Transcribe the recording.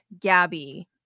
Gabby